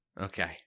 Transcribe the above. Okay